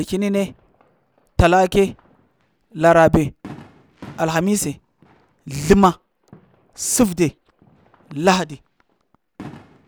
Lakyənine, talakye, larabe, alhamise, zləma, səevde. Lahadi